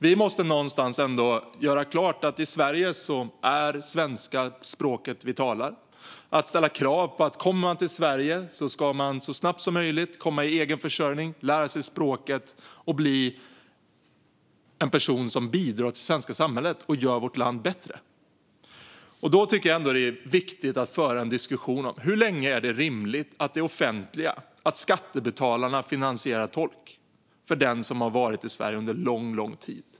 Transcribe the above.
Vi måste någonstans göra klart att svenska är det språk som talas i Sverige och ställa krav på att den som kommer till Sverige så snabbt som möjligt ska komma i egen försörjning, lära sig språket och bli en person som bidrar till det svenska samhället och gör vårt land bättre. Jag tycker att det är viktigt att föra en diskussion om hur länge det är rimligt att det offentliga - skattebetalarna - finansierar tolk för den som har varit i Sverige under lång tid.